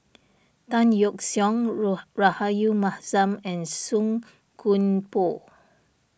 Tan Yeok Seong Rahayu Mahzam and Song Koon Poh